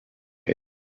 made